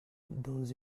dans